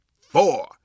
four